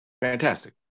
Fantastic